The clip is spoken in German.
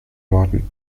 worten